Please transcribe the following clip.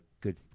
good